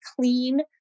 clean